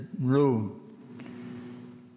room